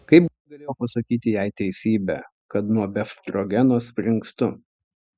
kaip galėjau pasakyti jai teisybę kad nuo befstrogeno springstu